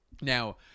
Now